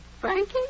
Frankie